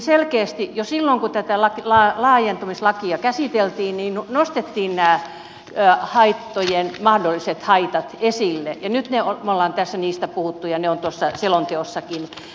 selkeästi jo silloin kun tätä laajentumislakia käsiteltiin nostettiin nämä mahdolliset haitat esille ja nyt me olemme tässä niistä puhuneet ja ne ovat tuossa selonteossakin